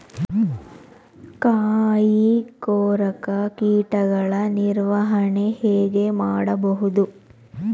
ಕಾಯಿ ಕೊರಕ ಕೀಟಗಳ ನಿರ್ವಹಣೆ ಹೇಗೆ ಮಾಡಬಹುದು?